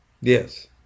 Yes